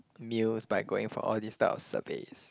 meals by going for all these type of surveys